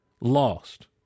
lost